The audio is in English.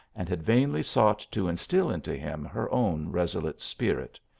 and had vainly sought to instil into him her own resolute spirit.